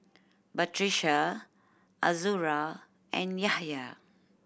Batrisya Azura and Yahya